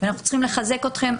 אנחנו צריכים לחזק אתכם.